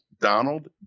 Donald